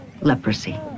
leprosy